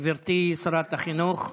גברתי שרת החינוך.